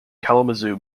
kalamazoo